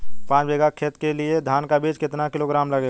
पाँच बीघा खेत के लिये धान का बीज कितना किलोग्राम लगेगा?